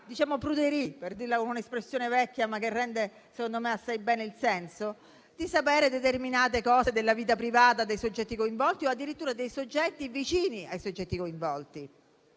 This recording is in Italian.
quella pruderie - per dirla con un'espressione desueta, ma che rende secondo me assai bene il senso - di sapere determinate cose della vita privata dei soggetti coinvolti, o addirittura dei soggetti vicini ai soggetti coinvolti.